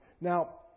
Now